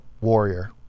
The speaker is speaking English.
warrior